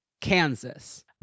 Kansas